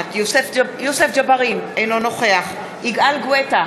נוכחת יוסף ג'בארין, אינו נוכח יגאל גואטה,